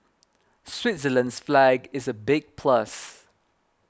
Switzerland's flag is a big plus